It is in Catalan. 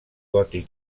gòtic